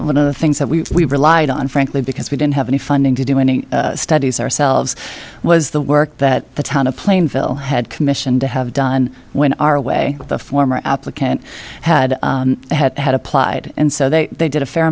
one of the things that we relied on frankly because we didn't have any funding to do any studies ourselves was the work that the town of plainville had commissioned to have done when our way the former applicant had had had applied and so they did a fair